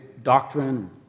doctrine